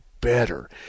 better